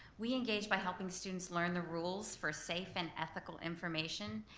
we engage by helping students learn the rules for safe and ethical information.